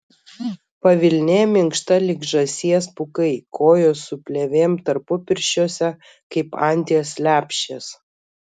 pavilnė minkšta lyg žąsies pūkai kojos su plėvėm tarpupirščiuose kaip anties lepšės